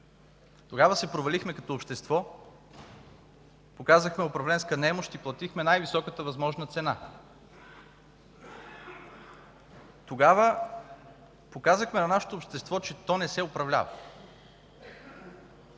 Тогава се провалихме като общество, показахме управленска немощ и платихме най-високата възможна цена. Тогава показахме на нашето общество, че то не се управлява.